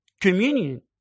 communion